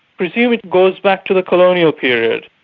presume it goes back to the colonial period.